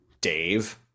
Dave